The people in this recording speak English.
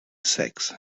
sacks